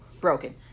broken